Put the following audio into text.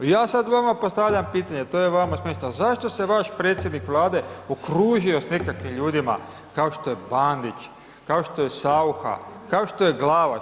I ja sada vama postavljam pitanje, to je vama smješno, zašto se vaš predsjednik Vlade okružio s nekakvim ljudima kao što je Bandić, kao što je Sacuha, kao što je Glavaš.